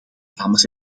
dames